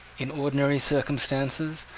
in ordinary circumstances,